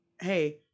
hey